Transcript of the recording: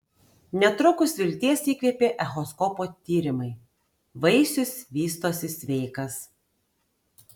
netrukus vilties įkvėpė echoskopo tyrimai vaisius vystosi sveikas